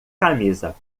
camisa